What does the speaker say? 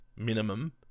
Minimum